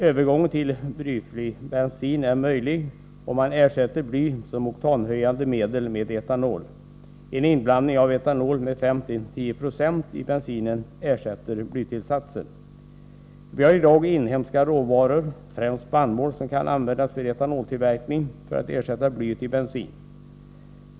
Övergången till blyfri bensin är möjlig, om man ersätter bly som oktanhöjande medel med etanol. En inblandning av etanol med 5-10 96 i bensinen ersätter blytillsatsen. Vi har i dag inhemska råvaror, främst spannmål, som kan användas för etanoltillverkning för att ersätta blyet i bensinen.